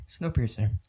Snowpiercer